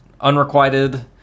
unrequited